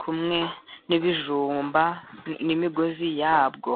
kumwe n'ibijumba n'imigozi yabwo.